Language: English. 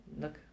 Look